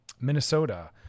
Minnesota